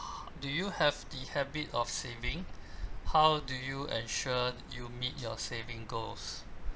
do you have the habit of saving how do you ensure you meet your saving goals